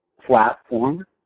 platform